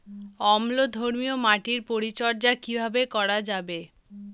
অম্লধর্মীয় মাটির পরিচর্যা কিভাবে করা যাবে?